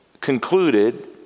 concluded